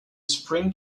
spring